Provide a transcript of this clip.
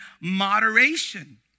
moderation